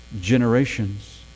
generations